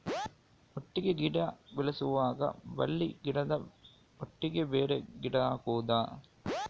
ಒಟ್ಟಿಗೆ ಗಿಡ ಬೆಳೆಸುವಾಗ ಬಳ್ಳಿ ಗಿಡದ ಒಟ್ಟಿಗೆ ಬೇರೆ ಗಿಡ ಹಾಕುದ?